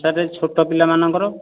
sir ଛୋଟ ପିଲାମାନଙ୍କର